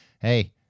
hey